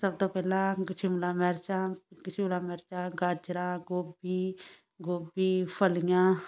ਸਭ ਤੋਂ ਪਹਿਲਾਂ ਗ ਸ਼ਿਮਲਾ ਮਿਰਚਾਂ ਸ਼ਿਮਲਾ ਮਿਰਚਾਂ ਗਾਜਰਾਂ ਗੋਭੀ ਗੋਭੀ ਫਲੀਆਂ